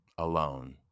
Alone